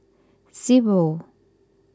zero